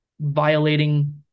violating